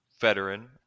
veteran